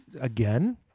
again